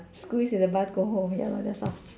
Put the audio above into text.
squeeze in the bus go home ya lor that's all